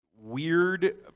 weird